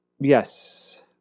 yes